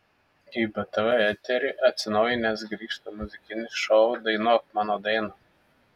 į btv eterį atsinaujinęs grįžta muzikinis šou dainuok mano dainą